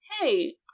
hey